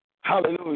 hallelujah